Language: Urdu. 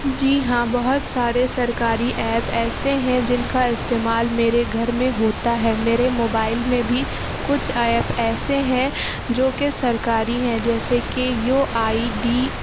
جی ہاں بہت سارے سرکاری ایپ ایسے ہیں جن کا استعمال میرے گھر میں ہوتا ہے میرے موبائل میں بھی کچھ ایپ ایسے ہیں جو کہ سرکاری ہیں جیسے کہ یو آئی ڈی